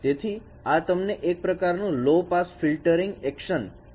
તેથી આ તમને એક પ્રકારનું લો પાસ ફિલ્ટરિંગ એક્શન આપશે